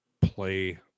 play